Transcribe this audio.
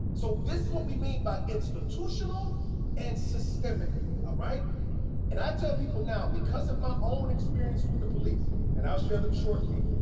so this is what we mean by institutional and systemic. ah and i tell people now because of my own experiences with the police, and i'll share them shortly,